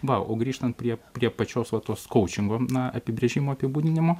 va o grįžtant prie prie pačios va tos kaučingo na apibrėžimo apibūdinimo